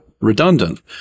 redundant